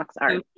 Art